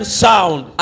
sound